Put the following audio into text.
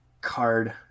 card